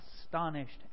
astonished